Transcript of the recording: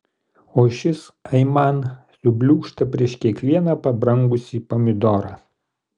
o šis aiman subliūkšta prieš kiekvieną pabrangusį pomidorą